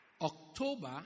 October